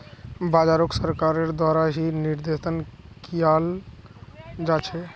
बाजारोक सरकारेर द्वारा ही निर्देशन कियाल जा छे